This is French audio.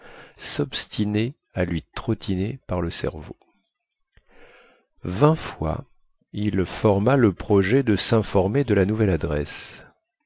sobstinait à lui trottiner par le cerveau vingt fois il forma le projet de sinformer de la nouvelle adresse